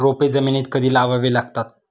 रोपे जमिनीत कधी लावावी लागतात?